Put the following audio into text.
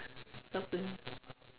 shopping